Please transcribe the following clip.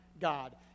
god